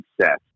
success